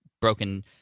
broken